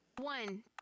One